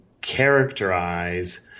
characterize